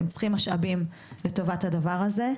הם צריכים משאבים לטובת הדבר הזה.